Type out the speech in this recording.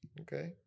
Okay